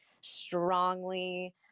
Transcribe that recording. strongly